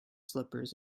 slippers